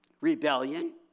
Rebellion